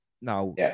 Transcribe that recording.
now